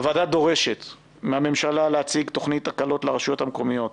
הוועדה דורשת מהממשלה להציג תוכנית הקלות לרשויות המקומיות,